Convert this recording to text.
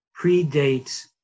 predates